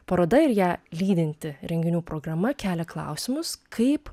paroda ir ją lydinti renginių programa kelia klausimus kaip